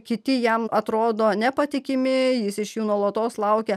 kiti jam atrodo nepatikimi jis iš jų nuolatos laukia